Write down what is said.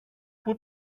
πού